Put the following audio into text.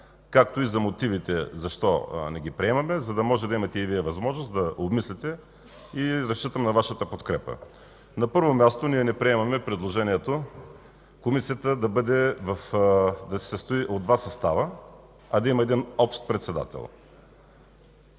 както и за мотивите защо не ги приемаме, за да имате и Вие възможност да обмислите – разчитам на Вашата подкрепа. На първо място, не приемаме предложението Комисията да бъде от два състава, а да има един общ председател.